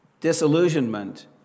disillusionment